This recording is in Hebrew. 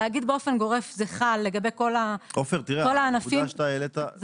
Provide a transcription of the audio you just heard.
להגיד באופן גורף שזה חל לגבי כל הענפים --- לא.